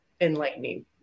enlightening